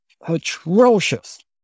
atrocious